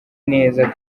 neza